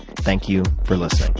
thank you for listening